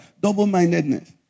Double-mindedness